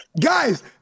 Guys